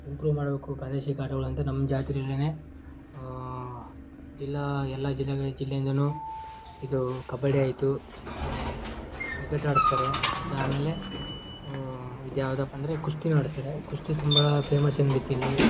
improve ಮಾಡಬೇಕು ಪ್ರಾದೇಶಿಕ ಆಟಗಳು ಅಂತ ನಮ್ಮ ಜಾತ್ರೆಯಲ್ಲೆನೇ ಜಿಲ್ಲಾ ಎಲ್ಲ ಜಿಲ್ಲೆ ಜಿಲ್ಲೆಯಿಂದಾನೂ ಇದು ಕಬಡ್ಡಿ ಆಯಿತು ಮತ್ತೆ ಕ್ರಿಕೆಟ್ ಆಡಿಸ್ತಾರೆ ಮತ್ತು ಆಮೇಲೆ ಇದು ಯಾವುದಪ್ಪ ಅಂದರೆ ಕುಸ್ತಿನೂ ಆಡಿಸ್ತಾರೆ ಕುಸ್ತಿ ತುಂಬ ಫೇಮಸ್ಸಾಗಿ ನಡೀತು ಇಲ್ಲಿ